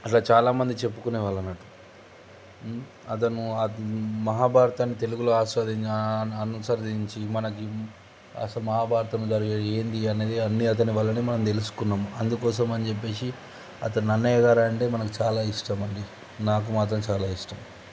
అట్లా చాలామంది చెప్పుకునే వాళ్ళు అన్నట్టు అతను మహాభారతాన్ని తెలుగులో అనువదించి మనకి మహాభారతం జరిగింది ఏమిటి అనేది అన్ని అతని వాల్లనే మనం తెలుసుకున్నం అందుకోసం అని చెప్పేసి అతను నన్నయ్య గారు అంటే మనకు చాలా ఇష్టము అండి నాకు మాత్రం చాలా ఇష్టం